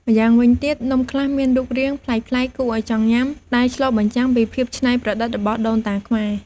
ម្យ៉ាងវិញទៀត នំខ្លះមានរូបរាងប្លែកៗគួរឲ្យចង់ញ៉ាំ ដែលឆ្លុះបញ្ចាំងពីភាពច្នៃប្រឌិតរបស់ដូនតាខ្មែរ។